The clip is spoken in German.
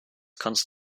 kannst